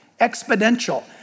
Exponential